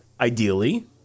ideally